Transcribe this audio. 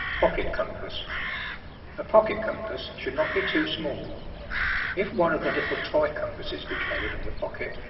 pocket compass a pocket compass should not be too small if one of the little toy compasses be carried in the pocket,